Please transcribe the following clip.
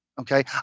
Okay